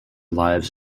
lives